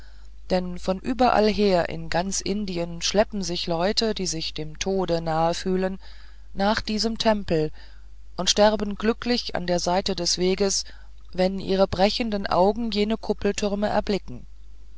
denn von überall her in ganz indien schleppen sich leute die sich dem tode nahe fühlen nach diesem tempel und sterben glücklich an der seite des weges wenn ihre brechenden augen jene kuppeltürme erblicken